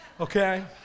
Okay